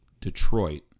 Detroit